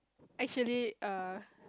actually err